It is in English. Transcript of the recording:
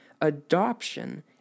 adoption